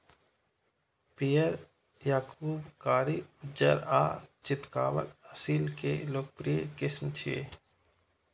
पीयर, याकूब, कारी, उज्जर आ चितकाबर असील के लोकप्रिय किस्म छियै